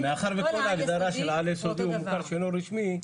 מאחר וכל הגדרה של על יסודי הוא מוכר שאינו רשמי.